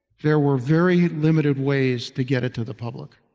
there were very limited ways to get it to the public,